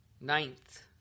Ninth